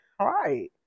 Right